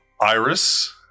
Iris